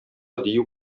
дию